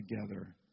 together